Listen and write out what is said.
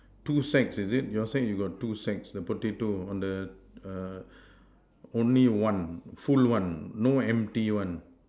two sacks is it you all say you got two sacks the potato on the err only one full one no empty one